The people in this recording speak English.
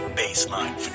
baseline